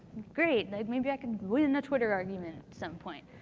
great. like, maybe i can win a twitter argument some point.